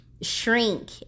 shrink